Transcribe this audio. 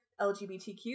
LGBTQ